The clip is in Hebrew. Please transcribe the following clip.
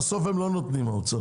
בסוף האוצר לא נותן כסף.